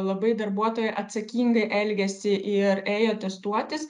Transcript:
labai darbuotojai atsakingai elgėsi ir ėjo atestuotis